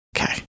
Okay